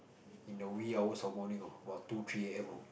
in the we hours of morning you know about two three a_m